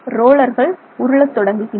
ரோலர்கள் உருள தொடங்குகின்றன